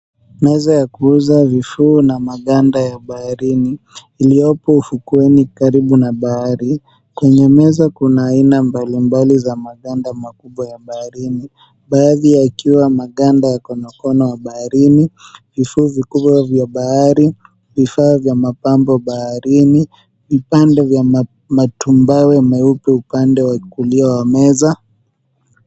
Meza ya kuuza vifuo na maganda ya baharini iliyopo ufukweni karibu na bahari kwenye meza kuna aina mbalimbali za maganda makubwa ya baharini baadhi yakiwa maganda ya konokono wa baharini, vifuo vikubwa vya bahari, vifaa vya mapambo baharini, vipande vya matumbawe meupe upande wa kulia wa meza.